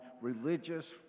religious